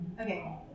Okay